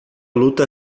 luta